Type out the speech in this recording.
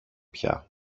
πια